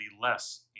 less